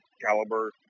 caliber